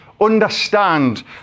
understand